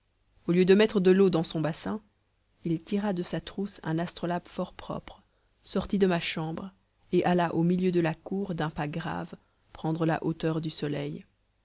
au lieu de mettre de l'eau dans son bassin il tira de sa trousse un astrolabe fort propre sortit de ma chambre et alla au milieu de la cour d'un pas grave prendre la hauteur du soleil